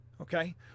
okay